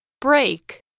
Break